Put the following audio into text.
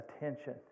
attention